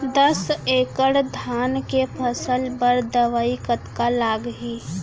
दस एकड़ धान के फसल बर दवई कतका लागही?